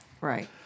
Right